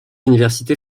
universités